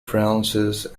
francis